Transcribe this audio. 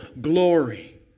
glory